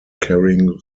carrying